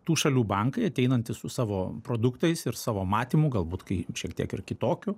tų šalių bankai ateinantys su savo produktais ir savo matymu galbūt kai šiek tiek ir kitokiu